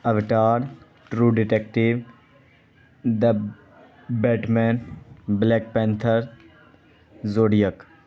avatar true detective the bat man black panther zodiac